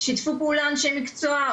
שיתפו פעולה אנשי מקצוע,